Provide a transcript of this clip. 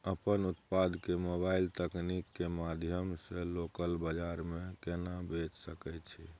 अपन उत्पाद के मोबाइल तकनीक के माध्यम से लोकल बाजार में केना बेच सकै छी?